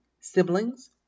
siblings